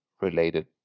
related